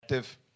Active